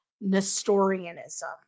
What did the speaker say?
Nestorianism